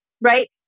right